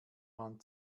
mann